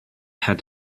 had